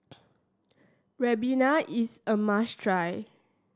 Ribena is a must try